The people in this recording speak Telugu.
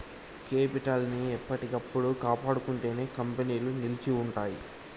కేపిటల్ ని ఎప్పటికప్పుడు కాపాడుకుంటేనే కంపెనీలు నిలిచి ఉంటయ్యి